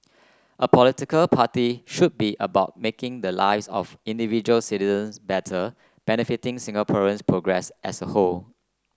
a political party should be about making the lives of individual citizens better benefiting Singaporeans progress as a whole